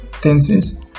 tenses